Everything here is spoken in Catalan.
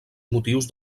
motius